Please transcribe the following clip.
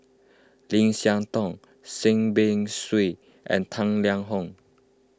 Lim Siah Tong Seah Peck Seah and Tang Liang Hong